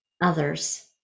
others